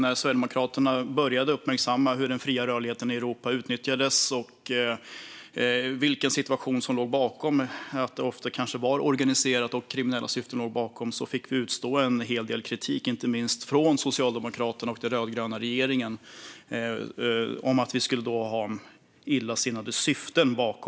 När Sverigedemokraterna började uppmärksamma hur den fria rörligheten i Europa utnyttjades och vilken situation som låg bakom - att det ofta var organiserat och att kriminella syften låg bakom - fick vi utstå en hel del kritik, inte minst från Socialdemokraterna och den rödgröna regeringen, om att vi skulle ha illasinnade syften.